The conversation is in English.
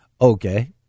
Okay